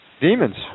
Demons